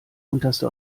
unterste